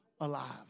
alive